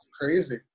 crazy